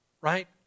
right